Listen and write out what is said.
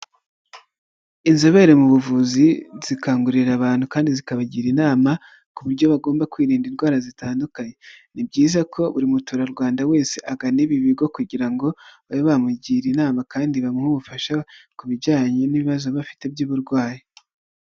Inzobere mu buvuzi zikangurira abantu kandi zikabagira inama, ku buryo bagomba kwirinda indwara zitandukanye, ni byiza ko buri muturarwanda wese agana ibi bigo kugira ngo babe bamugira inama kandi bamuhe ubufasha ku bijyanye n'ibibazo baba bafite by'uburwayi.